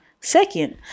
Second